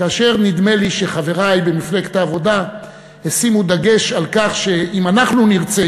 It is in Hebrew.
כאשר נדמה לי שחברי במפלגת העבודה שמו דגש על כך שאם אנחנו נרצה,